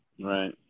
Right